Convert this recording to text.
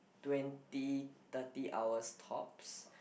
twenty thirty hours tops